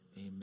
Amen